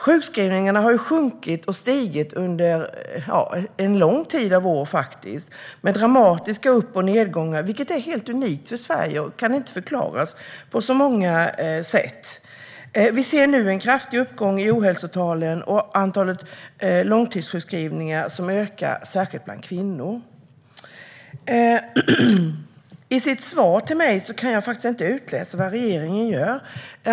Sjukskrivningarna har sjunkit och stigit under en lång rad år, med dramatiska upp och nedgångar, vilket är helt unikt för Sverige och inte kan förklaras på så många sätt. Vi ser nu en kraftig uppgång i ohälsotalen, och antalet långtidssjukskrivningar ökar, särskilt bland kvinnor. I svaret till mig kan jag inte utläsa vad regeringen gör.